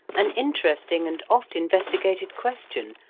an interesting and oft-investigated question,